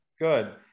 Good